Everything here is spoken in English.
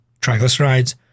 triglycerides